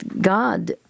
God